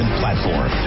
platform